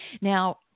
Now